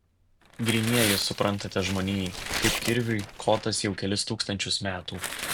grynieji suprantate žmonijai kaip kirviui kotas jau kelis tūkstančius metų